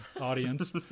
Audience